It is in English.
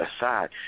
aside